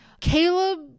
Caleb